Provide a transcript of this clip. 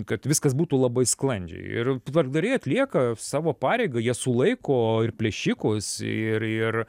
kad viskas būtų labai sklandžiai ir tvarkdariai atlieka savo pareigą jie sulaiko ir plėšikus ir ir